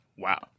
Wow